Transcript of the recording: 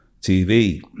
TV